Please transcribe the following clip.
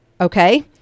okay